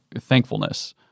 thankfulness